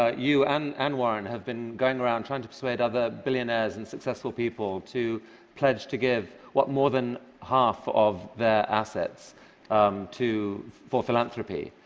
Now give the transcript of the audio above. ah you and and warren have been going around trying to persuade other billionaires and successful people to pledge to give, what, more than half of their assets for philanthropy.